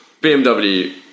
BMW